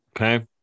Okay